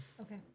Okay